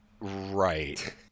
Right